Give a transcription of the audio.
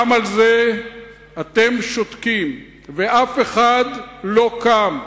גם על זה אתם שותקים ואף אחד לא קם.